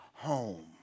home